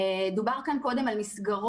דרך קציני ביקור